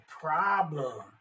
problem